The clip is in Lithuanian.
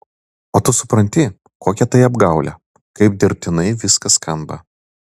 o tu supranti kokia tai apgaulė kaip dirbtinai viskas skamba